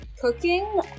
cooking